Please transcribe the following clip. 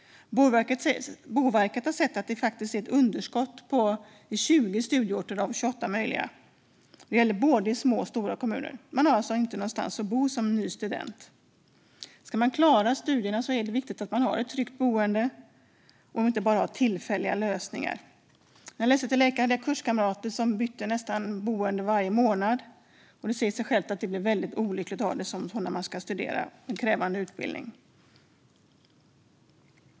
Boverket har sett att det faktiskt råder ett underskott på 20 studieorter av 28 möjliga. Det gäller i både små och stora kommuner. Man har alltså inte någonstans att bo som ny student. Ska man klara studierna är det viktigt att man har ett tryggt boende och inte bara tillfälliga lösningar. När jag läste till läkare hade jag kurskamrater som bytte boende nästan varje månad. Det säger sig självt att det är väldigt olyckligt att ha det så när man ska studera på en krävande utbildning.